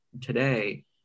today